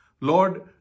Lord